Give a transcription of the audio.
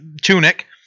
tunic